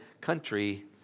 country